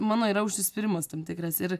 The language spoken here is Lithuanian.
mano yra užsispyrimas tam tikras ir